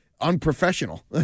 unprofessional